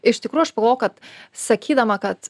iš tikrųjų aš pagalvojau kad sakydama kad